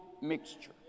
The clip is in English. mixture